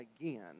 again